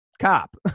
cop